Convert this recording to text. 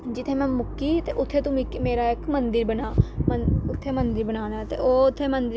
जित्थें मैं मुक्की ते उत्थैं तू मिकी मेरा इक मंदिर बना उत्थें मंदिर बनाना ऐ ते ओह् उत्थैं मंदिर